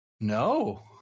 No